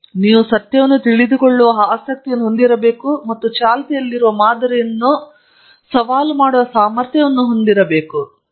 ಆದ್ದರಿಂದ ನೀವು ಸತ್ಯವನ್ನು ತಿಳಿದುಕೊಳ್ಳುವ ಆಸಕ್ತಿಯನ್ನು ಹೊಂದಿರಬೇಕು ಮತ್ತು ಚಾಲ್ತಿಯಲ್ಲಿರುವ ಮಾದರಿಗಳನ್ನು ಸವಾಲು ಮಾಡುವ ಸಾಮರ್ಥ್ಯವನ್ನು ಹೊಂದಿರಬೇಕು